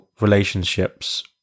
relationships